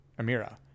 amira